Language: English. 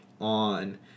on